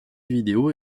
vidéo